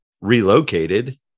relocated